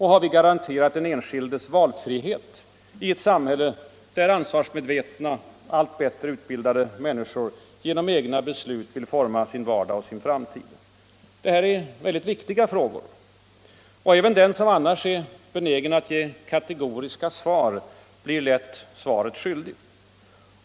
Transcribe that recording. Har vi garanterat den enskildes valfrihet i ett samhälle där ansvarsmedvetna, allt bättre utbildade människor genom egna beslut vill forma sin vardag och sin framtid? Detta är mycket viktiga frågor. Även den som annars är benägen att ge kategoriska svar blir lätt svaret skyldig.